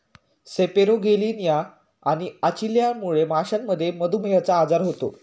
सेपेरोगेलियानिया आणि अचलियामुळे माशांमध्ये मधुमेहचा आजार होतो